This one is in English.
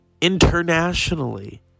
internationally